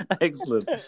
Excellent